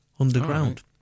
underground